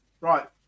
Right